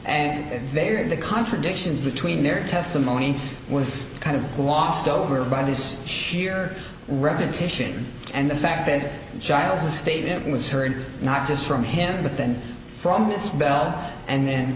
and they are the contradictions between their testimony was kind of glossed over by these sheer repetition and the fact that giles est it was her and not just from him but then from miss bell and then